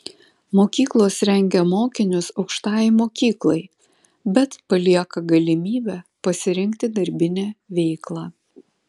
mokyklos rengia mokinius aukštajai mokyklai bet palieka galimybę pasirinkti darbinę veiklą